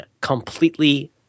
completely